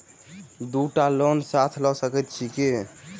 दु टा लोन साथ लऽ सकैत छी की?